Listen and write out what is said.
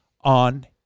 on